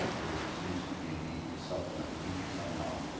there seems to be a need to supplement heat somehow,